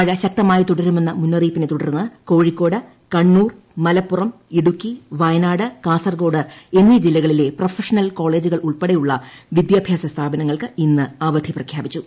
മഴ ശക്തമായി തുടരുമെന്ന മുന്നറിയിപ്പിനെ തുടർന്ന് കോഴിക്കോട് കണ്ണൂർ മലപ്പുറം ഇടുക്കി വയനാട് കാസർകോട് എന്നീ ജില്ലകളിലെ പ്രൊഫഷണൽ കോളേജുകൾ ഉൾപ്പെടെ വിദ്യാഭ്യാസ സ്ഥാപനങ്ങൾക്ക് ഇന്ന് അവധി പ്രഖ്യാപിച്ചു